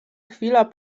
chwila